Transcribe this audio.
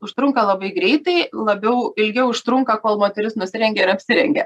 užtrunka labai greitai labiau ilgiau užtrunka kol moteris nusirengia ir apsirengia